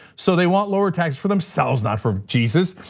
so they want lower taxes, for themselves, not for jesus.